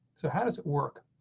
so how does it work,